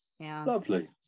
Lovely